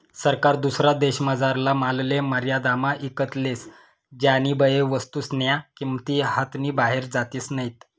सरकार दुसरा देशमझारला मालले मर्यादामा ईकत लेस ज्यानीबये वस्तूस्न्या किंमती हातनी बाहेर जातीस नैत